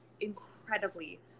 incredibly